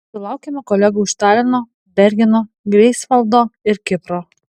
sulaukėme kolegų iš talino bergeno greifsvaldo ir kipro